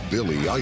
Billy